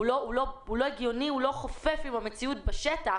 הוא לא חופף עם המציאות בשטח.